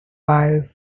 pious